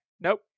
nope